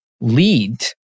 lead